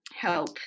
help